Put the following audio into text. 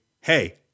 hey